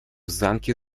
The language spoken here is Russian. замке